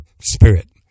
spirit